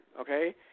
Okay